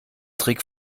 trick